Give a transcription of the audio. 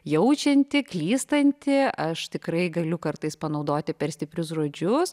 jaučianti klystanti aš tikrai galiu kartais panaudoti per stiprius žodžius